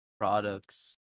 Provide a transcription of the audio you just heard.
products